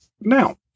now